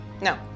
No